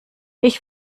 ich